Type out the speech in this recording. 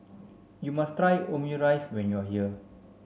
you must try Omurice when you are here